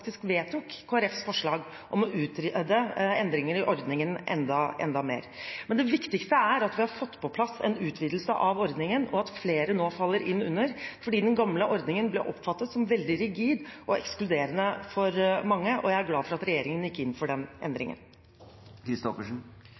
vedtok Kristelig Folkepartis forslag om å utrede endringer i ordningen enda mer. Men det viktigste er at vi har fått på plass en utvidelse av ordningen, og at flere nå faller inn under den, for den gamle ordningen ble oppfattet som veldig rigid og ekskluderende for mange. Så jeg er glad for at regjeringen gikk inn for den endringen.